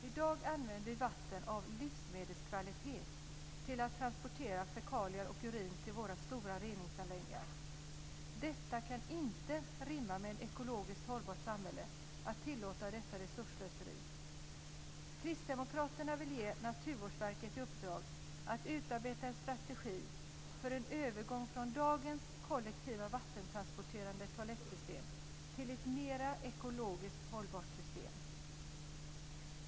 I dag använder vi vatten av livsmedelskvalitet till att transportera fekalier och urin till våra stora reningsanläggningar. Det kan inte rimma med ett ekologiskt hållbart samhälle att tillåta detta resursslöseri. Kristdemokraterna vill ge Naturvårdsverket i uppdrag att utarbeta en strategi för en övergång från dagens kollektiva vattentransporterande toalettsystem till ett mera ekologiskt hållbart system.